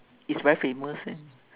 it's very famous uh